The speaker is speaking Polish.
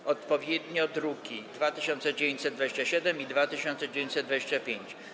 Są to odpowiednio druki nr 2927 i 2925.